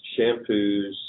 shampoos